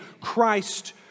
Christ